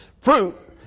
Fruit